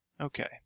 okay